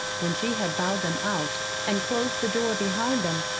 when she had bowed them out and closed the door behind them,